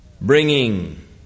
bringing